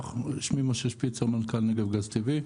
שמי משה שפיצר, מנכ"ל נגב גז טבעי.